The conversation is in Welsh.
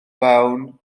fewn